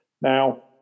Now